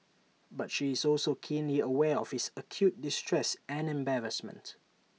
but she is also keenly aware of his acute distress and embarrassment